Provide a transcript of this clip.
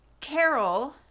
Carol